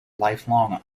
lifelong